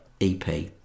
ep